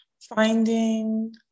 finding